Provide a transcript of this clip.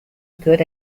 good